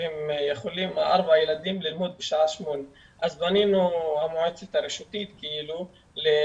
שיכולים ללמוד בשעה 8:00. המועצה הרשותית פנתה